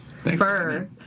Fur